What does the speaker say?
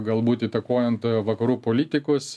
galbūt įtakojant vakarų politikus